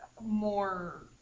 more